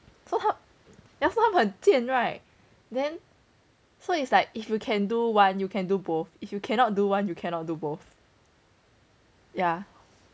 so how 他们很贱 right then so is like if you can do one you can do both if you cannot do one you cannot do both yeah